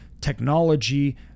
technology